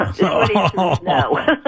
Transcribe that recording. No